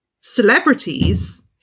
celebrities